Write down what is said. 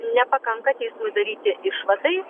nepakanka teismui daryti išvadai